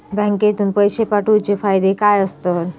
बँकेतून पैशे पाठवूचे फायदे काय असतत?